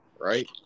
Right